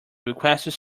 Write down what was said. requests